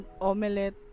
Omelette